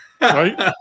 Right